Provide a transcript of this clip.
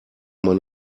man